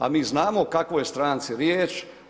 A mi znamo o kakvoj je stranci riječ.